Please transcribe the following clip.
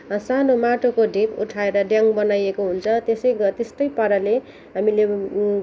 सानो माटोको ढिप उठाएर ड्याङ्ग बनाइएको हुन्छ त्यसै गरी त्यस्तै पाराले हामीले